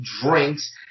Drinks